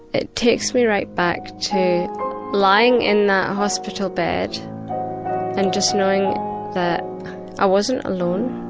it takes me right back to lying in that hospital bed and just knowing that i wasn't alone